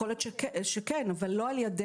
יכול להיות שכן, אבל לא על ידינו.